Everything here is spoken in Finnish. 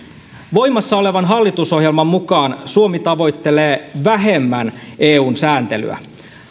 voimassa olevan hallitusohjelman mukaan suomi tavoittelee vähemmän eun sääntelyä